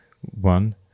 one